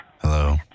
Hello